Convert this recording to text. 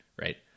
Right